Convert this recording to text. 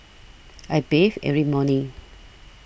I bathe every morning